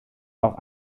auch